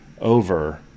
over